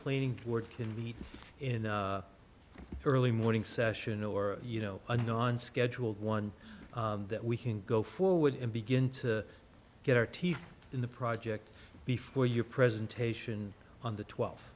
planning to work in the in the early morning session or you know an on schedule one that we can go forward and begin to get our teeth in the project before your presentation on the twelfth